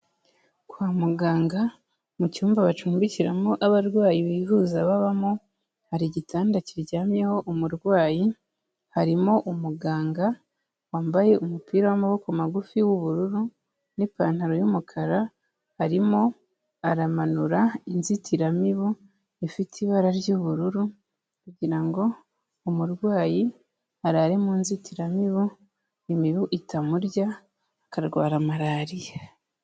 Kwa muganga mu cyumba bacumbikiramo abarwayi bivuza babamo, hari igitanda kiryamyeho umurwayi, harimo umuganga wambaye umupira w'amaboko magufi w'ubururu n'ipantaro y'umukara, arimo aramanura inzitiramibu ifite ibara ry'ubururu kugira ngo umurwayi arare mu nzitiramibu, imibu itamurya akarwara Malariya.